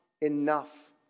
enough